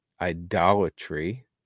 idolatry